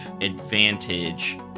advantage